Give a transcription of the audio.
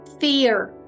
Fear